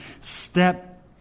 Step